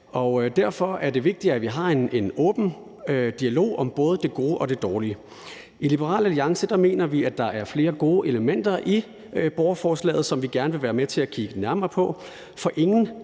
Derfor er det vigtigt, at vi har en åben dialog om både det gode og det dårlige. I Liberal Alliance mener vi, at der er flere gode elementer i borgerforslaget, som vi gerne vil være med til at kigge nærmere på. For ingen,